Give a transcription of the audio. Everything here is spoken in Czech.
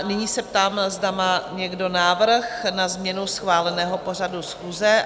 Nyní se ptám, zda má někdo návrh na změnu schváleného pořadu schůze?